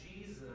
Jesus